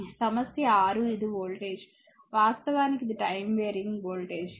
సమస్య 6 ఇది వోల్టేజ్ వాస్తవానికి ఇది టైమ్ వేరియింగ్ వోల్టేజ్